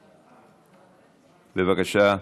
בבקשה.